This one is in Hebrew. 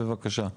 בבקשה.